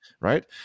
right